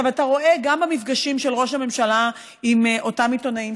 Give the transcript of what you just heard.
גם במפגשים של ראש הממשלה עם אותם עיתונאים